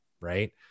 Right